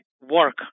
work